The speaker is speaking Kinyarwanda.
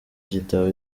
gitabo